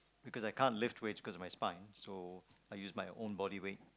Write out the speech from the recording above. because I can't lift weights because of my spine so I use my own body weight